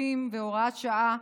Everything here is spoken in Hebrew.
30 והוראת שעה),